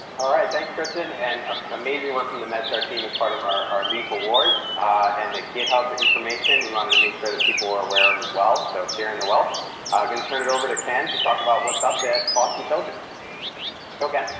alright thanks christian and um amazing work from the meds team as part of our leaf awards and the github information. we wanted to make sure that people are aware of as well. so sharing the wealth going to turn it over to ken to talk about what's up at boston children's okay